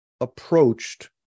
approached